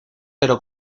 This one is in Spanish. pero